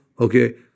okay